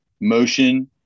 motion